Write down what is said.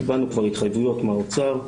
קיבלנו כבר התחייבויות מהאוצר,